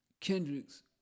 Kendrick's